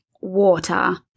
water